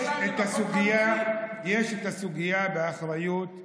יש את הסוגיה של אחריות העירייה.